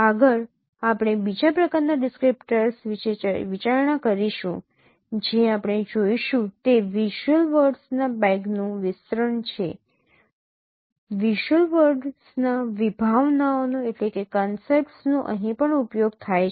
આગળ આપણે બીજા પ્રકારનાં ડિસ્ક્રિપ્ટર વિશે વિચારણા કરીશું જે આપણે જોઈશું તે વિઝ્યુઅલ વર્ડસના બેગનું વિસ્તરણ છે વિઝ્યુઅલ વર્ડસના વિભાવનાઓનો અહીં પણ ઉપયોગ થાય છે